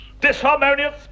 Disharmonious